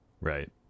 Right